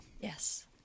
Yes